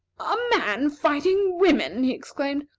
a man fighting women! he exclaimed.